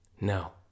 No